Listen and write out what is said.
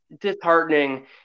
disheartening